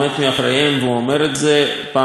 והוא אומר את זה פעם אחר פעם.